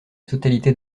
totalité